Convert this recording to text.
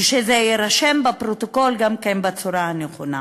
ושזה יירשם בפרוטוקול גם כן בצורה הנכונה.